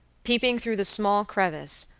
peeping through the small crevice,